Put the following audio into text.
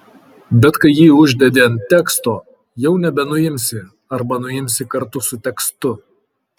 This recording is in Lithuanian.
bet kai jį uždedi ant teksto jau nebenuimsi arba nuimsi kartu su tekstu